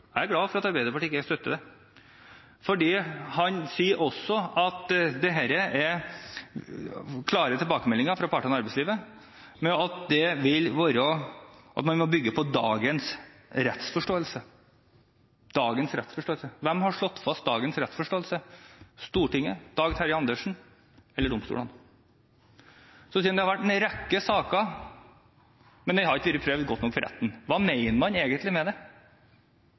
Jeg er glad for at Arbeiderpartiet ikke støtter det, fordi han sier også at det er klare tilbakemeldinger fra partene i arbeidslivet om at man må bygge på dagens rettsforståelse. Hvem har slått fast dagens rettsforståelse? Stortinget? Dag Terje Andersen? Eller domstolene? Han sier at det har vært en rekke saker, men de har ikke vært prøvd godt nok i retten. Hva mener han egentlig med det?